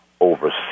over